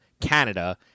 Canada